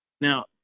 Now